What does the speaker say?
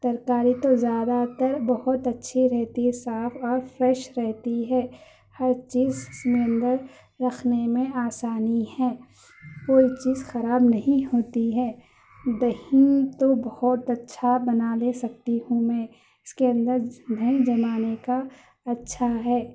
ترکاری تو زیادہ تر بہت اچّھی رہتی ہے صاف اور فریش رہتی ہے ہر چیز اس میں اندر رکھنے میں آسانی ہے کوئی چیز خراب نہیں ہوتی ہے دہی تو بہت اچّھا بنا لے سکتی ہوں میں اس کے اندر دہی جمانے کا اچھا ہے